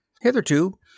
Hitherto